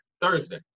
Thursday